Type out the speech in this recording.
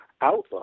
outlook